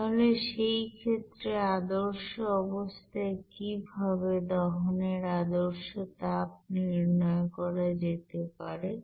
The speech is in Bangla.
তাহলে সেই ক্ষেত্রে আদর্শ অবস্থায় কিভাবে দহনের আদর্শ তাপ নির্ণয় করা যেতে পারে